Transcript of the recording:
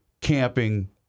camping